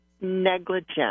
negligent